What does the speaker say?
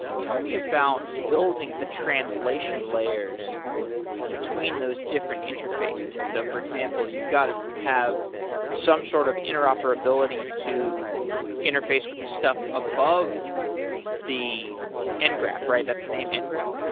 tell me about building the translation layers between those different interfaces. so for example, you've got to have some sort of interoperability to interface with the stuff above the ngraph, right? that's the name, ngraph.